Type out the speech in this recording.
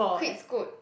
quit Scoot